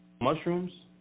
Mushrooms